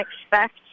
expect